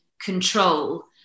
control